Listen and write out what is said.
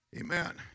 Amen